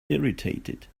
irritated